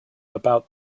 about